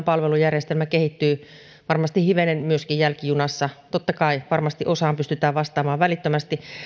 palvelujärjestelmä kehittyy varmasti hivenen myöskin jälkijunassa totta kai varmasti osaan pystytään vastaamaan välittömästi